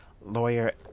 Lawyer